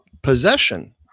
possession